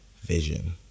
vision